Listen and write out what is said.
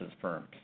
firms